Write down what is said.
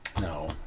No